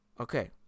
Okay